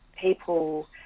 people